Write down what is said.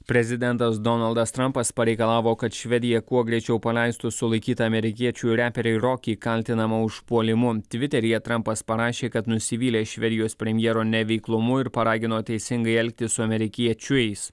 prezidentas donaldas trampas pareikalavo kad švedija kuo greičiau paleistų sulaikytą amerikiečių reperį rokį kaltinamą užpuolimu tviteryje trampas parašė kad nusivylęs švedijos premjero neveiklumu ir paragino teisingai elgtis su amerikiečiais